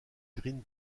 green